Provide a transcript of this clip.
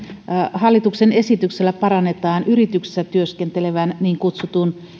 hallituksen esityksellä parannetaan yrityksessä työskentelevän niin kutsutun